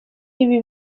ibi